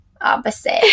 opposite